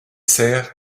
sert